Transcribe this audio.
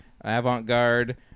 avant-garde